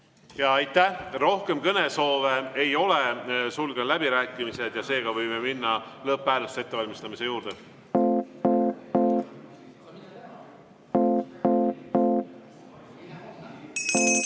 Aitäh! Rohkem kõnesoove ei ole, sulgen läbirääkimised ja seega võime minna lõpphääletuse ettevalmistamise juurde.